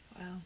Wow